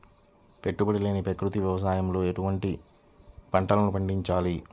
పెట్టుబడి లేని ప్రకృతి వ్యవసాయంలో ఎటువంటి పంటలు పండించాలి?